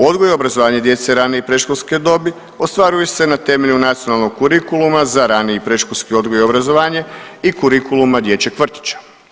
Odgoj i obrazovanje djece rane i predškolske dobi ostvaruje se na temelju nacionalnog kurikuluma za rani i predškolski odgoj i obrazovanje i kurikuluma dječjeg vrtića.